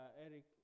Eric